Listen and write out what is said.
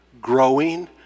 growing